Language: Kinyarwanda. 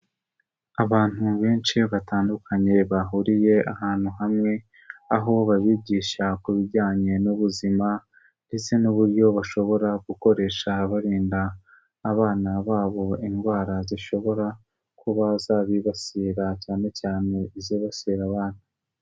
Abantu benshi batandukanye bahuriye ahantu hamwe, aho babigisha ku bijyanye n'ubuzima ndetse n'uburyo bashobora gukoresha barinda abana babo indwara zishobora, kuba zabibasira cyane cyane izibasira abana.